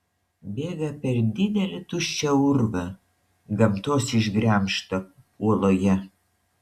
bėga per didelį tuščią urvą gamtos išgremžtą uoloje